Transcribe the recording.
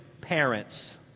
parents